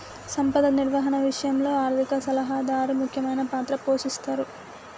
సంపద నిర్వహణ విషయంలో ఆర్థిక సలహాదారు ముఖ్యమైన పాత్ర పోషిస్తరు